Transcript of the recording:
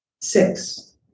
Six